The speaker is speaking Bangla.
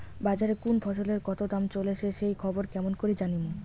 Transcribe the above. বাজারে কুন ফসলের কতো দাম চলেসে সেই খবর কেমন করি জানীমু?